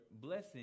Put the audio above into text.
blessing